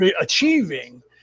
achieving